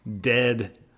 dead